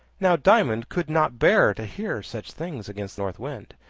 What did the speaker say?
now diamond could not bear to hear such things against north wind,